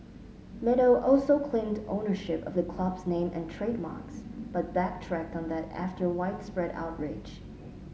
meadow also claimed ownership of the club's name and trademarks but backtracked on that after widespread outrage